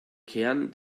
kern